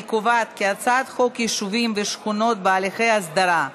אני קובעת כי הצעת חוק יישובים ושכונות בהליכי הסדרה,